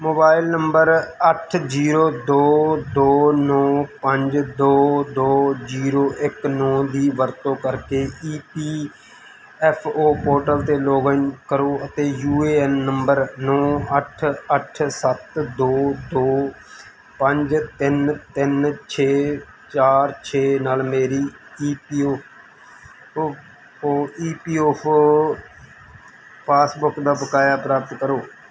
mobile number ਅੱਠ zero ਦੋ ਦੋ ਨੌਂ ਪੰਜ ਦੋ ਦੋ ਜ਼ੀਰੋ ਇੱਕ ਨੌਂ ਦੀ ਵਰਤੋਂ ਕਰਕੇ E P F O portal 'ਤੇ ਲੌਗਇਨ ਕਰੋ ਅਤੇ ਯੂ ਏ ਐਨ ਨੰਬਰ ਨੌਂ ਅੱਠ ਅੱਠ ਸੱਤ ਦੋ ਦੋ ਪੰਜ ਤਿੰਨ ਤਿੰਨ ਛੇ ਚਾਰ ਛੇ ਨਾਲ ਮੇਰੀ ਈ ਪੀ ਓ ਈ ਪੀ ਐਫ ਓ ਪਾਸਬੁੱਕ ਦਾ ਬਕਾਇਆ ਪ੍ਰਾਪਤ ਕਰੋ